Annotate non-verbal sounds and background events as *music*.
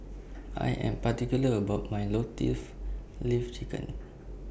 I Am particular about My *unintelligible* Leaf Chicken